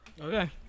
Okay